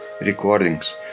recordings